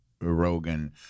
rogan